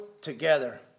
together